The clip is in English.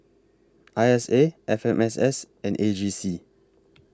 I S A F M S S and A G C